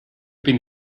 been